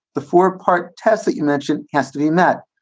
the four part test that you mentioned has to be met.